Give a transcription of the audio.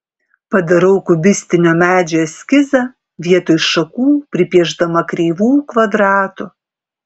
padarau kubistinio medžio eskizą vietoj šakų pripiešdama kreivų kvadratų